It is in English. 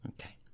Okay